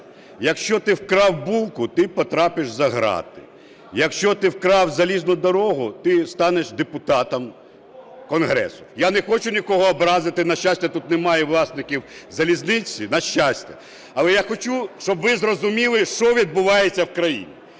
"Якщо ти вкрав булку – ти потрапиш за грати, якщо ти вкрав залізну дорогу – ти станеш депутатом Конгресу". Я не хочу нікого образити, на щастя, тут немає власників залізниці, на щастя, але я хочу, щоб ви зрозуміли, що відбувається в країні.